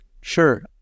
Sure